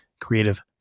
Creative